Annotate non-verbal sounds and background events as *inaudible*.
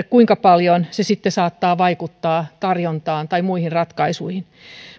*unintelligible* kuinka paljon se sitten saattaa vaikuttaa tarjontaan tai muihin ratkaisuihin